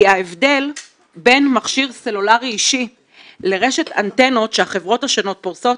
כי ההבדל בין מכשיר סלולרי אישי לרשת אנטנות שהחברות השונות פורסות,